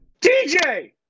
DJ